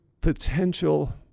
potential